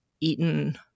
eaten